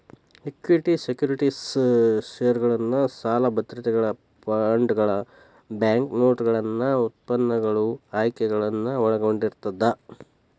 equity securities ಷೇರುಗಳನ್ನ ಸಾಲ ಭದ್ರತೆಗಳ ಬಾಂಡ್ಗಳ ಬ್ಯಾಂಕ್ನೋಟುಗಳನ್ನ ಉತ್ಪನ್ನಗಳು ಆಯ್ಕೆಗಳನ್ನ ಒಳಗೊಂಡಿರ್ತದ